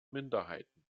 minderheiten